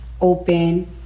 open